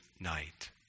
night